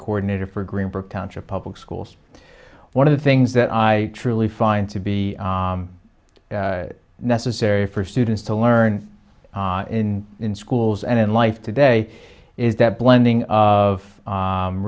coordinator for greenberg township public schools one of the things that i truly find to be necessary for students to learn in in schools and in life today is that blending of